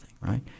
right